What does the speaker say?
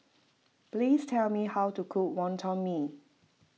please tell me how to cook Wonton Mee